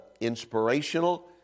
inspirational